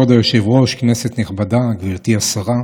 אני מצטרף לכל נורות האזהרה.